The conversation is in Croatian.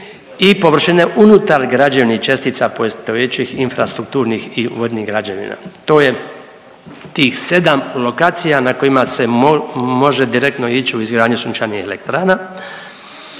i površine unutar građevnih čestica postojećih infrastrukturnih i vodnih građevina. To je tih 7 lokacija na kojima se može direktno ići u izgradnju sunčanih elektrana.